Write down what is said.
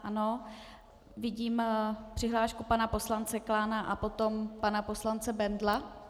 Ano, vidím přihlášku pana poslance Klána a potom pana poslance Bendla.